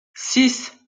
six